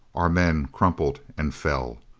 our men crumpled and fell.